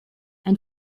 ein